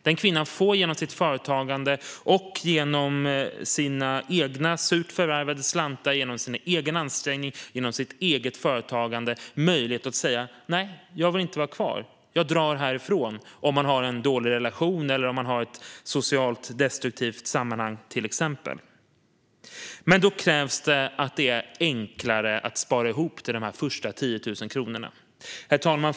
Denna kvinna får genom sitt företagande, genom sina egna surt förvärvade slantar, genom sin egen ansträngning och genom sitt eget företagande möjlighet att säga: "Nej, jag vill inte vara kvar. Jag drar härifrån", om hon till exempel har en dålig relation eller ett socialt destruktivt sammanhang. Men då krävs att det är enklare att spara ihop till de första 10 000 kronorna. Herr talman!